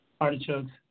Artichokes